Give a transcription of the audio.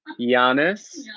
Giannis